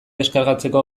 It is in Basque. deskargatzeko